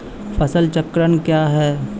फसल चक्रण कया हैं?